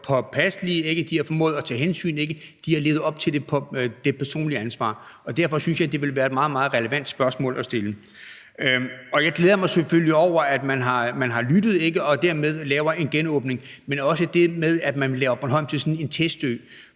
påpasselige, de har formået at tage hensyn, de har levet op til det personlige ansvar, og derfor syntes jeg, det ville være et meget, meget relevant spørgsmål at stille. Jeg glæder mig selvfølgelig over, at man har lyttet og dermed laver en genåbning, men også det med, at man gør Bornholm til sådan en testø.